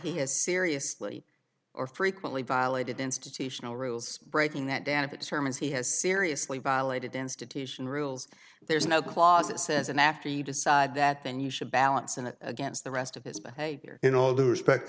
is seriously or frequently violated institutional rules breaking that down of that sermons he has seriously violated institution rules there's no clause that says and after you decide that then you should balance and against the rest of his behavior in all due respect